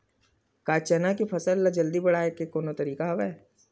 का चना के फसल ल जल्दी बढ़ाये के कोनो तरीका हवय?